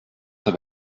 der